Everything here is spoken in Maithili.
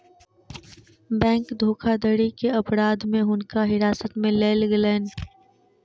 बैंक धोखाधड़ी के अपराध में हुनका हिरासत में लेल गेलैन